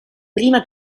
prima